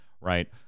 right